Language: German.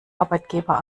arbeitgeber